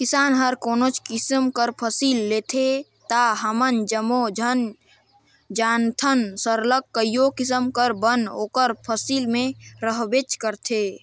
किसान हर कोनोच किसिम कर फसिल लेथे ता हमन जम्मो झन जानथन सरलग कइयो किसिम कर बन ओकर फसिल में रहबेच करथे